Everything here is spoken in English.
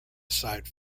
side